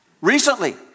recently